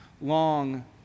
Long